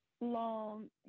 long